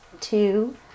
two